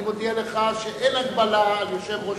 אני מודיע לך שאין הגבלה על יושב-ראש